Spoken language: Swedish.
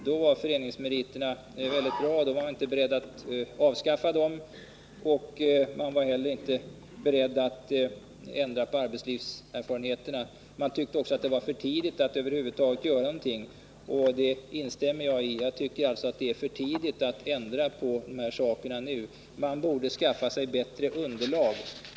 Då var föreningsmeriter mycket bra, och man var inte beredd att avskaffa dem. Man var inte beredd att ändra arbetslivserfarenheten. Man tyckte att det var för tidigt att över huvud taget göra någonting, och jag instämmer i den uppfattningen. Jag tycker i motsats till centern fortfarande att det är för tidigt att ändra de här sakerna nu. Man borde skaffa sig bättre underlag.